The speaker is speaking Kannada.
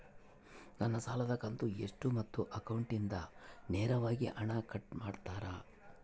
ನನ್ನ ಸಾಲದ ಕಂತು ಎಷ್ಟು ಮತ್ತು ಅಕೌಂಟಿಂದ ನೇರವಾಗಿ ಹಣ ಕಟ್ ಮಾಡ್ತಿರಾ?